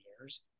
years